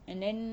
and then